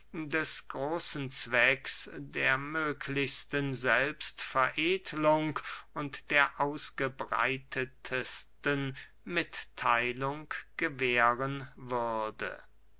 des großen zwecks der möglichsten selbstveredlung und der ausgebreitetsten mittheilung gewähren würde